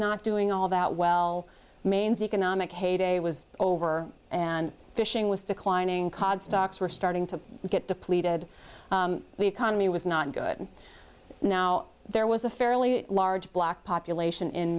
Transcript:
not doing all that well maine's economic heyday was over and fishing was declining cod stocks were starting to get depleted the economy was not good now there was a fairly large black population in